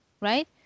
right